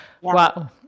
Wow